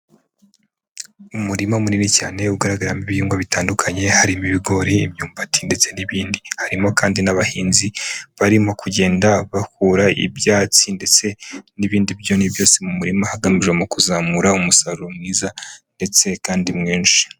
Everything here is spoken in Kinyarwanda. Umurima munini cyane ugaragaramo ibihingwa bitandukanye harimo ibigori, imyumbati ndetse n'ibindi, harimo kandi n'abahinzi barimo kugenda bakura ibyatsi ndetse n'ibindi byonnyi byose mu murima hagamijwe kuzamura umusaruro mwiza ndetse kandi mwinshi.